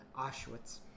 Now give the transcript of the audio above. Auschwitz